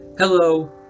Hello